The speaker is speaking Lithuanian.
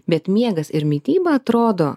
bet miegas ir mityba atrodo